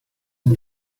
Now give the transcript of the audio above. and